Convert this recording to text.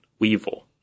Weevil